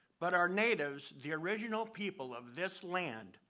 but our natives, the original people of this land,